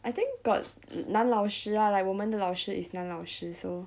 I think got 男老师 ah like 我们的老师 is 男老师 so